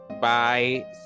bye